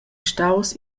staus